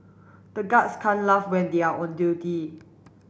the guards can't laugh when they are on duty